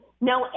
no